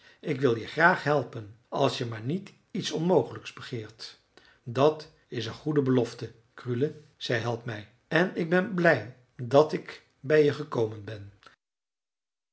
ik wil je graag helpen als je maar niet iets onmogelijks begeert dat is een goede belofte krule zei helpmij en ik ben blij dat ik bij je gekomen ben